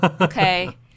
Okay